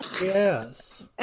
Yes